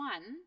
One